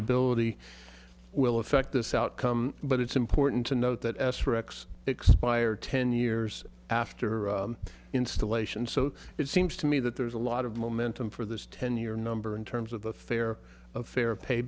variability will affect this outcome but it's important to note that asterix expire ten years after installation so it seems to me that there's a lot of momentum for this ten year number in terms of the fair of fair pay